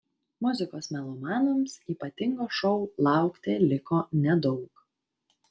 muzikos melomanams ypatingo šou laukti liko nedaug